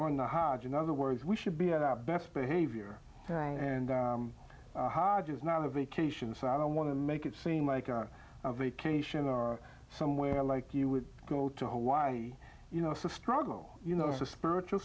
harsh in other words we should be on our best behavior and hodges not a vacation so i don't want to make it seem like a vacation or somewhere like you would go to hawaii you know it's a struggle you know it's a spiritual